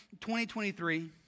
2023